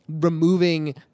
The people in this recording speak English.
removing